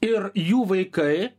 ir jų vaikai